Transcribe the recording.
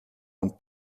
und